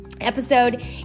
Episode